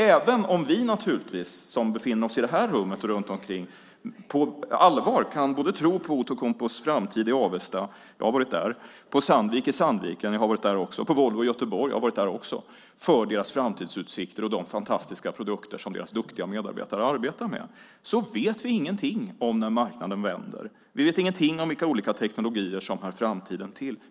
Även om naturligtvis vi som befinner oss i det här rummet och runt omkring på allvar kan tro på framtiden för Outokumpu - jag har varit där - Sandvik i Sandviken - jag har varit där också - Volvo i Göteborg - jag har varit där också - och deras framtidsutsikter och de fantastiska produkter som deras duktiga medarbetare arbetar med, så vet vi ingenting om när marknaden vänder. Vi vet ingenting om vilka olika teknologier som hör framtiden till.